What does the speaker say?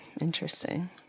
Interesting